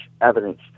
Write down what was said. evidence